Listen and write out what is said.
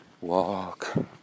walk